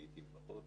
לעיתים פחות,